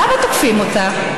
למה תוקפים אותה?